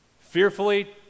Fearfully